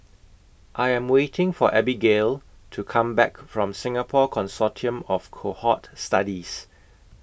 I Am waiting For Abigayle to Come Back from Singapore Consortium of Cohort Studies